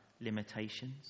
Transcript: limitations